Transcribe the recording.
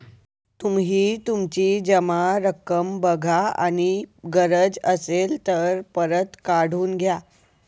तुम्ही तुमची जमा रक्कम बघा आणि गरज असेल तर परत काढून घ्या